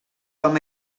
com